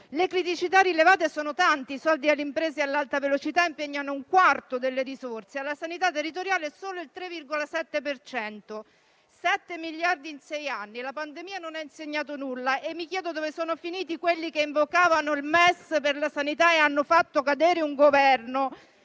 Le criticità rilevate sono tante, i soldi alle imprese e all'Alta velocità impegnano un quarto delle risorse, mentre alla sanità territoriale solo il 3,7 per cento, sette miliardi in sei anni. La pandemia non ha insegnato nulla. Mi chiedo dove sono finiti coloro che invocavano il MES per la sanità e hanno fatto cadere un Governo